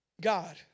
God